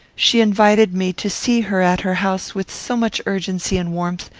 she invited me to see her at her house with so much urgency and warmth,